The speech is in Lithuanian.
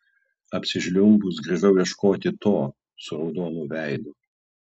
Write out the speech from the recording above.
apsižliumbus grįžau ieškoti to su raudonu veidu